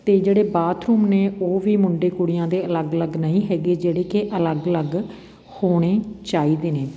ਅਤੇ ਜਿਹੜੇ ਬਾਥਰੂਮ ਨੇ ਉਹ ਵੀ ਮੁੰਡੇ ਕੁੜੀਆਂ ਦੇ ਅਲੱਗ ਅਲੱਗ ਨਹੀਂ ਹੈਗੇ ਜਿਹੜੇ ਕਿ ਅਲੱਗ ਅਲੱਗ ਹੋਣੇ ਚਾਹੀਦੇ ਨੇ